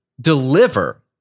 deliver